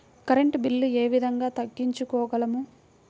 Current bill ఏ విధంగా తగ్గించుకోగలము?